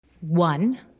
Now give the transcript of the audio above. One